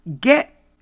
get